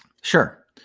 sure